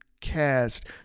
cast